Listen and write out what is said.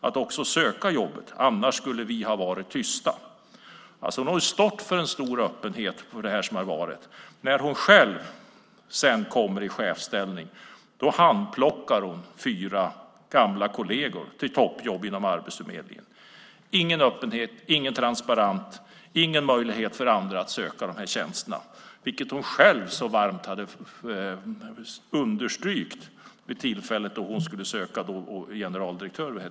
att söka jobbet annars skulle vi ha varit tysta." Hon har stått för en stor öppenhet. När hon själv kommer i chefsställning handplockar hon fyra gamla kolleger till toppjobb inom Arbetsförmedlingen. Det är ingen öppenhet, transparens eller möjlighet för andra att söka tjänsterna - något hon själv underströk så varmt när hon sökte posten som generaldirektör.